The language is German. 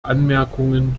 anmerkungen